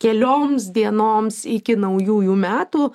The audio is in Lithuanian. kelioms dienoms iki naujųjų metų